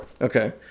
okay